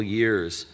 years